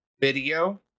video